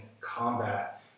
combat